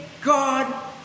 God